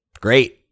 Great